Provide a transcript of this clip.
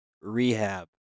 rehab